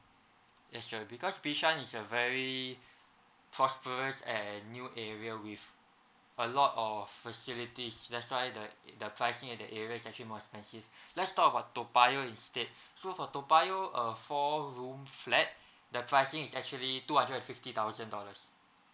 yes sir because bishan is a very prosperous and new area with a lot of facilities that's why the the pricing in that area is actually more expensive let's talk about toa payoh instead so for toa payoh a four room flat the pricing is actually two hundred and fifty thousand dollars